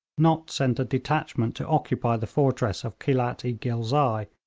nott sent a detachment to occupy the fortress of khelat-i-ghilzai,